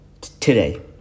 today